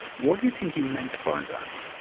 what do you think he meant by that?